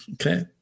okay